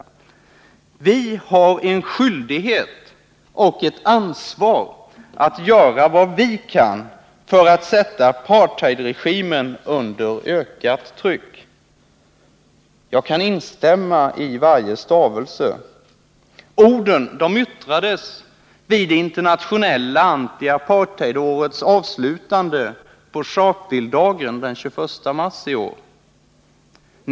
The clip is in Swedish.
Vi har en skyldighet och ett ansvar att göra vad vi kan för att sätta apartheidregimen under ökat tryck.” Jag kan instämma i varje stavelse. Orden yttrades vid avslutningen av det internationella antiapartheidåret på Sharpevilledagen den 21 mars i år.